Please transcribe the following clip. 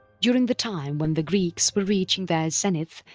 during the time when the greeks were reaching their zenith,